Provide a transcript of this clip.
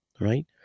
right